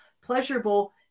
pleasurable